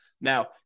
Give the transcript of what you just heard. Now